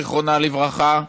זיכרונה לברכה,